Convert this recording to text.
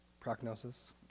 prognosis